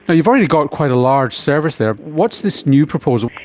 but you've already got quite a large service there. what's this new proposal?